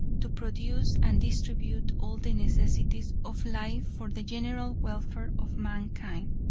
to produce and distribute all the necessities of life for the general welfare of mankind,